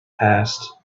passed